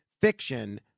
fiction